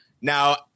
now